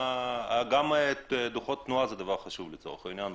גם דוחות תנועה זה דבר חשוב לצורך העניין,